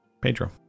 Pedro